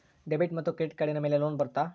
Debit ಮತ್ತು credit ಕಾರ್ಡಿನ ಮೇಲೆ ಲೋನ್ ಬರುತ್ತಾ?